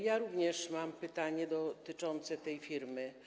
Ja również mam pytanie dotyczące tej firmy.